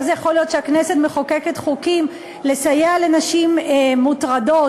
איך זה יכול להיות שהכנסת מחוקקת חוקים לסייע לנשים מוטרדות,